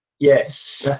yes,